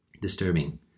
Disturbing